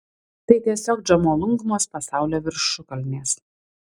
tai tiesiog džomolungmos pasaulio viršukalnės